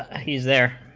he's there